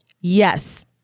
Yes